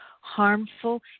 harmful